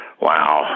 Wow